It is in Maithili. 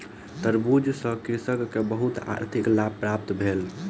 तरबूज सॅ कृषक के बहुत आर्थिक लाभ प्राप्त भेल